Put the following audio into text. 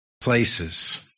places